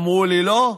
אמרו לי: לא,